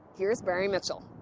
here's barry mitchell.